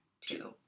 two